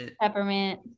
Peppermint